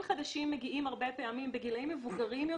חדשים מגיעים הרבה פעמים בגילאים מבוגרים יותר,